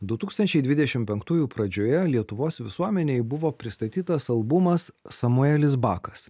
du tūkstančiai dvidešimt penktųjų pradžioje lietuvos visuomenei buvo pristatytas albumas samuelis bakas